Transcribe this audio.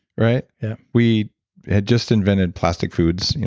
right yeah we had just invented plastic foods,